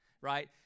right